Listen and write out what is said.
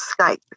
Skype